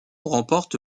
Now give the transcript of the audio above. remporte